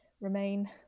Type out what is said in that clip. remain